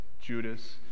Judas